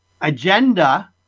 agenda